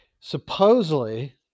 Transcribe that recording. Supposedly